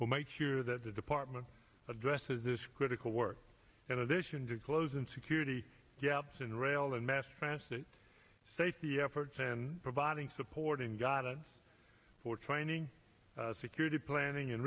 will make sure that the department addresses this critical work in addition to close in security gaps in rail and mass transit safety efforts and providing support and guidance for training security planning and